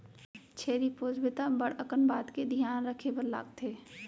छेरी पोसबे त बड़ अकन बात के धियान रखे बर लागथे